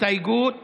הסתייגות מס'